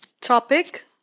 topic